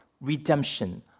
Redemption